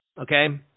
okay